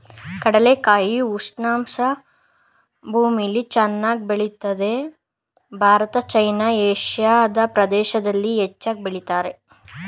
ಕಡಲೆಕಾಯಿ ಉಷ್ಣ ಭೂಮಿಲಿ ಚೆನ್ನಾಗ್ ಬೆಳಿತದೆ ಭಾರತ ಚೈನಾ ಏಷಿಯಾ ಪ್ರದೇಶ್ದಲ್ಲಿ ಹೆಚ್ಚಾಗ್ ಬೆಳಿತಾರೆ